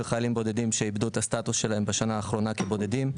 חיילים בודדים שאיבדו את הסטטוס שלהם בשנה האחרונה כבודדים.